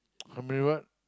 how many what